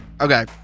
Okay